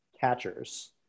catchers